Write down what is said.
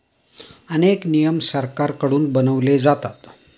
अनेक नियम सरकारकडून बनवले जातात